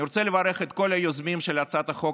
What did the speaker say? אני רוצה לברך את כל היוזמים של הצעת החוק